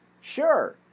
Sure